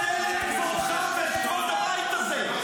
הצל את כבודך ואת כבוד הבית הזה.